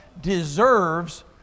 deserves